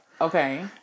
Okay